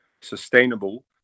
sustainable